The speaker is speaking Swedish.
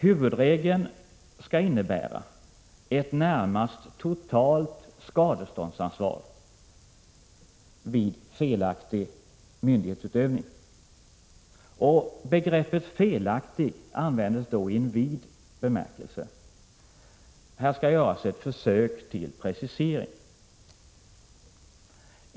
Huvudregeln skall innebära ett närmast totalt skadeståndsansvar vid felaktig myndighetsutövning. Begreppet ”felaktig” användes då i vid bemärkelse, och här skall göras ett försök till precisering.